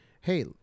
Hey